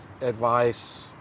advice